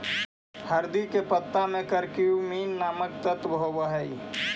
हरदी के पत्ता में करक्यूमिन नामक तत्व होब हई